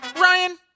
Ryan